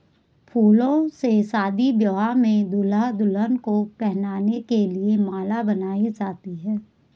फूलों से शादी ब्याह में दूल्हा दुल्हन को पहनाने के लिए माला बनाई जाती है